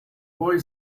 boy